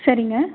சரிங்க